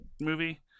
movie